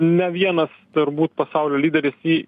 ne vienas turbūt pasaulio lyderis jį